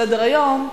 סדר-היום,